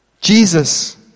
Jesus